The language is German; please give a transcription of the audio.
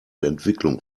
entwicklung